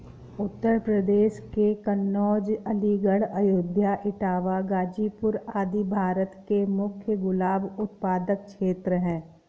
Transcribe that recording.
उत्तर प्रदेश के कन्नोज, अलीगढ़, अयोध्या, इटावा, गाजीपुर आदि भारत के मुख्य गुलाब उत्पादक क्षेत्र हैं